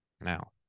now